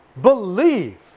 believe